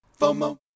FOMO